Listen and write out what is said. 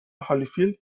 هالیفیلد